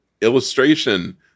illustration